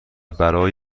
برای